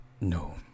No